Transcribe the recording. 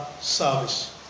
service